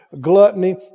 gluttony